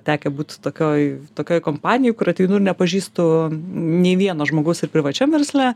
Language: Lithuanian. tekę būt tokioj tokioj kompanijoj kur ateinu ir nepažįstu nei vieno žmogaus ir privačiam versle